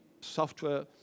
software